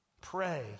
Pray